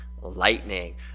lightning